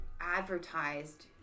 advertised